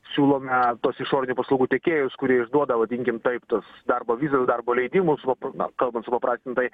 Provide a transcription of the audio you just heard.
siūlome tuos išorinių paslaugų tiekėjus kurie išduoda vadinkim taip tas darbo vizas darbo leidimus na kalbant supaprastintai